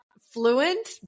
fluent